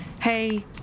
hey